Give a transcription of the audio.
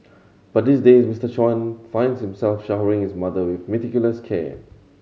but these days Mister Chan finds himself showering his mother with meticulous care